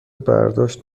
برداشت